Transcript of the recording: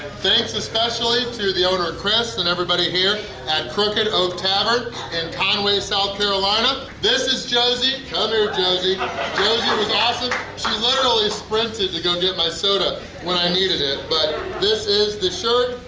thanks especially to the owner chris and everybody here at crooked oak tavern in conway south carolina! this is josie! come here josie! josie was awesome! she literally sprinted to go get my soda when i needed it! but this is the shirt!